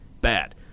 bad